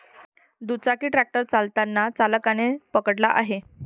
दुचाकी ट्रॅक्टर चालताना चालकाने पकडला आहे